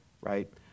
right